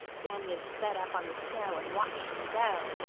danny had sat up on the snow and watched him go.